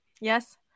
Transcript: yes